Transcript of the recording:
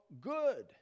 good